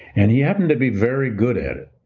and he happened to be very good at it.